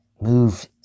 move